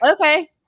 Okay